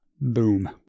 Boom